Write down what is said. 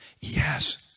yes